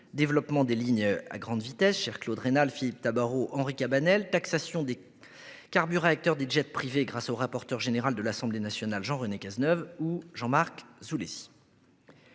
développement des lignes à grande vitesse, chers Claude Raynal, Philippe Tabarot et Henri Cabanel, ou encore taxation des carburants des jets privés, grâce au rapporteur général de l'Assemblée nationale, Jean-René Cazeneuve, et à Jean-Marc Zulesi.